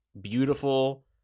beautiful